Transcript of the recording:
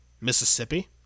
Mississippi